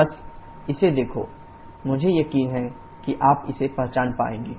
बस इसे देखो मुझे यकीन है कि आप इसे पहचान पाएंगे